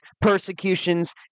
persecutions